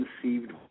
conceived